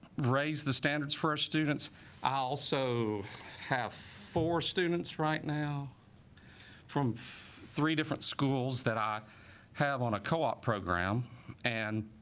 raise the standards for our students i also have four students right now from three different schools that i have on a co-op program and